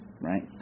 right